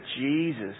Jesus